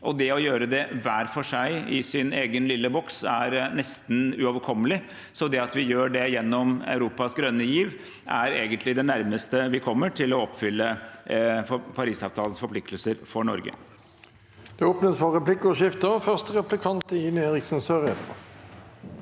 og det å gjøre det hver for oss, i vår egen lille boks, er nesten uoverkommelig. Så at vi gjør det gjennom Europas grønne giv, er egentlig det nærmeste vi kommer å oppfylle Paris-avtalens forpliktelser for Norge.